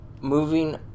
Moving